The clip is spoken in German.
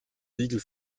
riegel